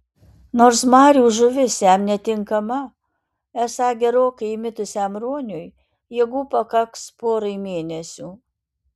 nors marių žuvis jam netinkama esą gerokai įmitusiam ruoniui jėgų pakaks porai mėnesių